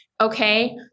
Okay